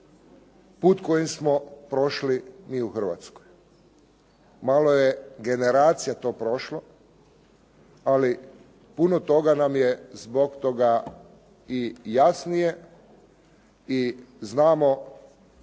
put kojim smo prošli mi u Hrvatskoj. Malo je generacija to prošlo, ali puno toga nam je zbog toga i jasnije i znamo